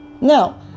Now